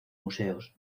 museos